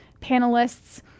panelists